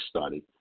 Study